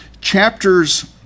chapters